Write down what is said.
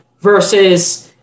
versus